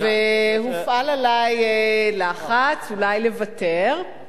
הופעל עלי לחץ אולי לוותר, מה